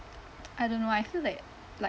I don't know why I feel that like